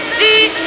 deep